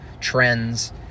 trends